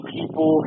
people